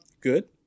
good